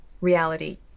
Reality